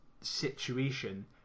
situation